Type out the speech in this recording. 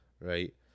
right